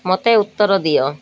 ମୋତେ ଉତ୍ତର ଦିଅ